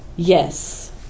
Yes